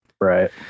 right